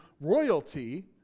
royalty